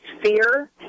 fear